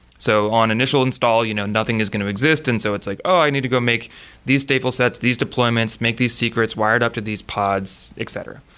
so on initial install, you know nothing is going to exist, and so it's like, oh, i need to go make these stateful sets, these deployments, make these secrets wired up to these pods, etc.